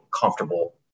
comfortable